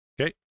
Okay